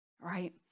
Right